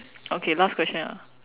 okay last question ah